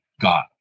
God